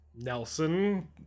Nelson